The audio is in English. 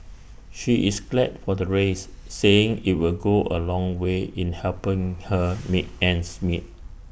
she is glad for the raise saying IT will go A long way in helping her make ends meet